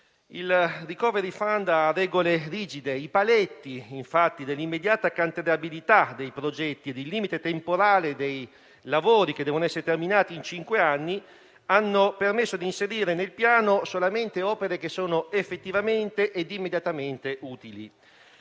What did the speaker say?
Il *recovery fund* ha regole rigide. I paletti dell'immediata cantierabilità dei progetti e il limite temporale dei lavori che devono essere terminati in cinque anni hanno permesso di inserire nel Piano solamente opere che sono effettivamente e immediatamente utili.